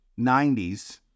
90s